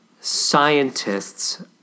Scientists